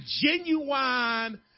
genuine